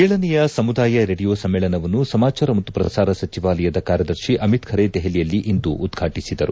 ಏಳನೆಯ ಸಮುದಾಯ ರೇಡಿಯೋ ಸಮ್ಮೇಳನವನ್ನು ಸಮಾಚಾರ ಮತ್ತು ಪ್ರಸಾರ ಸಚಿವಾಲಯದ ಕಾರ್ಯದರ್ಶಿ ಅಮಿತ್ ಖರೆ ದೆಹಲಿಯಲ್ಲಿ ಇಂದು ಉದ್ವಾಟಿಸಿದರು